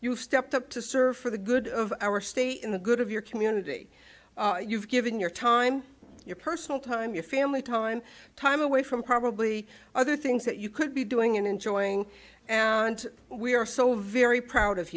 you've stepped up to serve for the good of our state in the good of your community you've given your time your personal time your family time time away from probably other things that you could be doing and enjoying and we are so very proud of